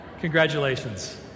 Congratulations